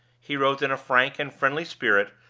he wrote in a frank and friendly spirit,